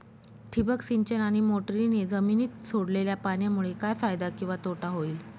ठिबक सिंचन आणि मोटरीने जमिनीत सोडलेल्या पाण्यामुळे काय फायदा किंवा तोटा होईल?